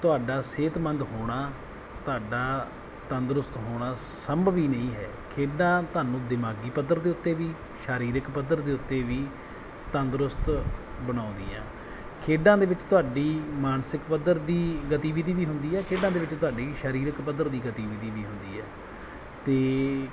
ਤੁਹਾਡਾ ਸਿਹਤਮੰਦ ਹੋਣਾ ਤੁਹਾਡਾ ਤੰਦਰੁਸਤ ਹੋਣਾ ਸੰਭਵ ਹੀ ਨਹੀਂ ਹੈ ਖੇਡਾਂ ਤੁਹਾਨੂੰ ਦਿਮਾਗੀ ਪੱਧਰ ਦੇ ਉੱਤੇ ਵੀ ਸਰੀਰਿਕ ਪੱਧਰ ਦੇ ਉੱਤੇ ਵੀ ਤੰਦਰੁਸਤ ਬਣਾਉਂਦੀਆਂ ਖੇਡਾਂ ਦੇ ਵਿੱਚ ਤੁਹਾਡੀ ਮਾਨਸਿਕ ਪੱਧਰ ਦੀ ਗਤੀਵਿਧੀ ਵੀ ਹੁੰਦੀ ਹੈ ਖੇਡਾਂ ਦੇ ਵਿੱਚ ਤੁਹਾਡੀ ਸਰੀਰਕ ਪੱਧਰ ਦੀ ਗਤੀਵਿਧੀ ਵੀ ਹੁੰਦੀ ਹੈ ਅਤੇ